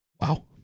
wow